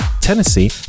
Tennessee